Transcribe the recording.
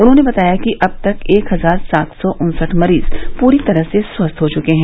उन्होंने बताया कि अब तक एक हजार सात सौ उन्सठ मरीज पूरी तरह से स्वस्थ हो चुके हैं